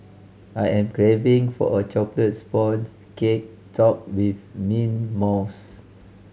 I am craving for a chocolate sponge cake topped with mint mousse